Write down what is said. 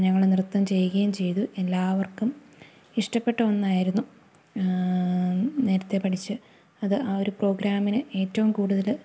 ഞങ്ങള് നൃത്തം ചെയ്യുകയും ചെയ്തു എല്ലാവർക്കും ഇഷ്ടപ്പെട്ട ഒന്നായിരുന്നു നേരത്തെ പഠിച്ച് അത് ആ ഒരു പ്രോഗ്രാമിന് ഏറ്റവും കൂടുതല്